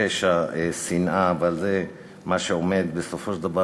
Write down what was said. "פשע שנאה", אבל זה מה שעומד בסופו של דבר